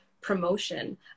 promotion